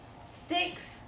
six